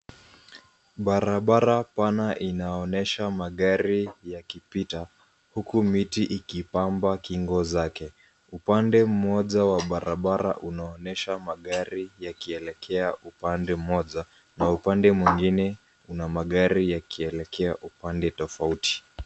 Barabara pana inaonyesha magari yakipita huku miti ikipamba kingo zake. Upande mmoja wa barabara unaonyesha magari yakielekea upande mmoja na upande mwingine kuna magari yakielekea upande tofauti.